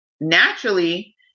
Naturally